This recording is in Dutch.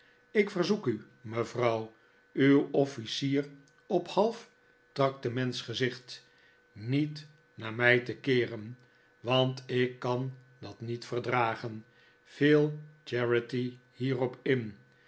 ik verzoek u mevrouw uw officier ophalf tractements gezicht niet naar mij te keeren want ik kan dat niet verdragen viel charity hierop in